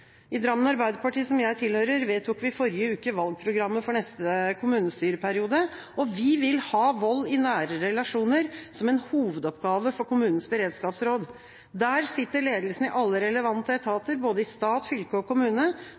I Drammen Arbeiderparti, som jeg tilhører, vedtok vi forrige uke valgprogrammet for neste kommunestyreperiode. Vi vil ha vold i nære relasjoner som en hovedoppgave for kommunens beredskapsråd. Der sitter representanter for ledelsen i alle relevante etater i både stat, fylke og kommune.